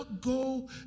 go